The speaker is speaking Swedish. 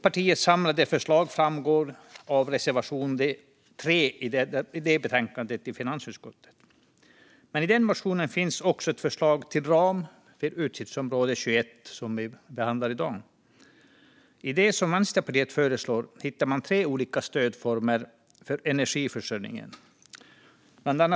Partiets samlade förslag framgår av reservation 3 i betänkandet från finansutskottet. I den motionen finns också ett förslag till ram för utgiftsområde 21, som vi behandlar i dag. I det som Vänsterpartiet föreslår hittar man tre olika stödformer för energiförsörjningen.